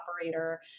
operator